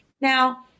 Now